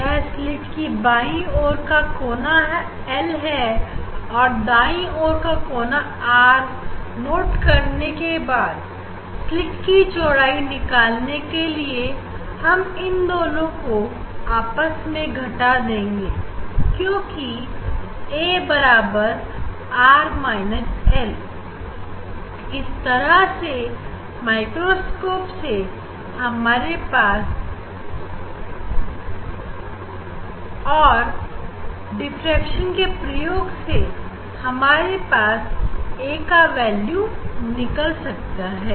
यह स्लीट की बाई और का किनारा L और दाई और का किनारा R नोट करने के बाद स्लीट की चौड़ाई निकालने के लिए हम इनको आपस में घटा देंगे क्योंकि a R L इस तरह माइक्रोस्कोप से और हमारे डिफ्रेक्शन के प्रयोग से हम a का वैल्यू निकाल सकते हैं